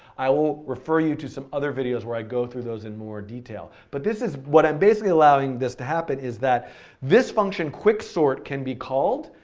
i will refer you to some other videos where i go through those in more detail. but this is what i'm basically allowing this to happen is that this function quicksort can be called,